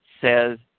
says